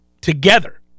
together